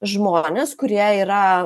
žmonės kurie yra